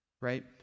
right